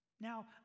Now